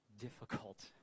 difficult